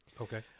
Okay